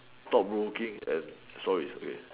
stop working at sore is okay